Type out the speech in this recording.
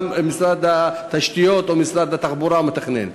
גם משרד התשתיות או משרד התחבורה מתכנן.